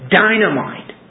dynamite